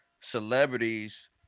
celebrities